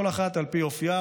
כל אחת על פי אופייה,